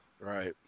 Right